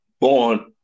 born